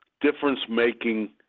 difference-making